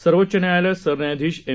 सर्वोच्च न्यायालयात सरन्यायाधीश एम